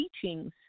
teachings